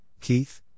Keith